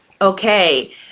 okay